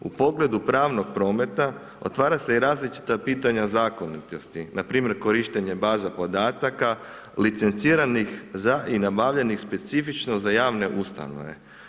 U pogledu pravnog prometa otvara se i različita pitanja zakonitosti npr. korištenje baza podataka, licenciranih za i nabavljenih specifično za javne ustanove.